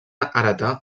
heretar